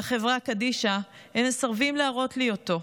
החברה קדישא, הם מסרבים להראות לי אותו.